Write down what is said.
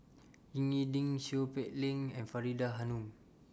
Ying E Ding Seow Peck Leng and Faridah Hanum